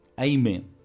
Amen